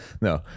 No